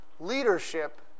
Leadership